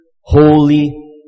Holy